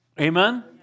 Amen